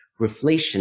reflation